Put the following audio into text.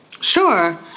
Sure